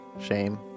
shame